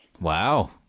Wow